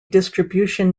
distribution